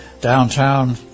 Downtown